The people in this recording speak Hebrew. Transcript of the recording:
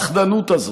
והפחדנות הזאת?